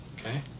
Okay